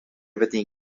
peteĩ